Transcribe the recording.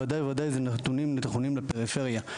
בוודאי ובוודאי זה נתונים נכונים לפריפריה,